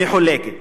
מחולקת.